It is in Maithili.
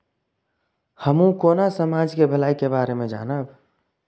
हमू केना समाज के भलाई के बारे में जानब?